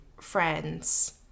friends